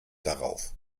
darauf